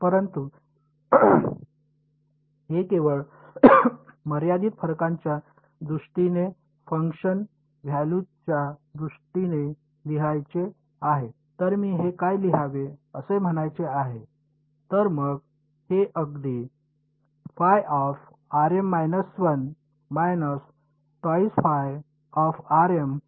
परंतु हे केवळ मर्यादित फरकांच्या दृष्टीने फंक्शन व्हॅल्यूजच्या दृष्टीने लिहायचे आहे तर मी हे काय लिहावे असे म्हणायचे आहे तर मग हे अगदी बरोबर होईल